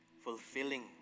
fulfilling